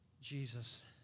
Jesus